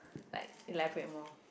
like elaborate more